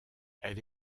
elle